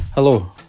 Hello